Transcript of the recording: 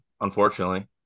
unfortunately